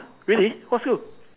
really what school